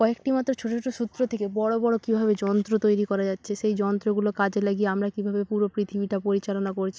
কয়েকটি মাত্র ছোট ছোট সূত্র থেকে বড় বড় কীভাবে যন্ত্র তৈরি করা যাচ্ছে সেই যন্ত্রগুলো কাজে লাগিয়ে আমরা কীভাবে পুরো পৃথিবীটা পরিচালনা করছি